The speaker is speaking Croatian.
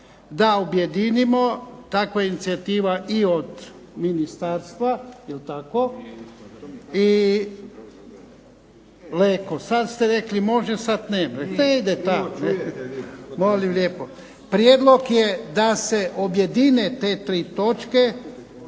da objedinimo. Takva je inicijativa i od Ministarstva. I Leko sada ste rekli može, sada ne ide molim lijepo. Prijedlog je da se objedine te tri točke